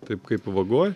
taip kaip vagoj